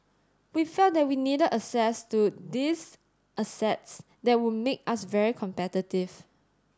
we felt that we needed access to these assets that would make us very competitive